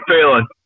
feeling